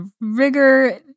rigor